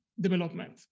development